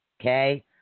okay